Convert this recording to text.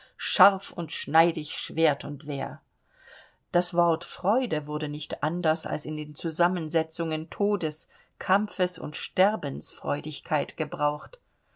scharf und schneidig schwert und wehr das wort freude wurde nicht anders als in den zusammensetzungen todes kampfes und sterbensfreudigkeit gebraucht